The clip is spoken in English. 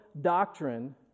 doctrine